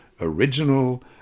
original